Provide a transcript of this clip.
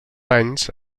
anys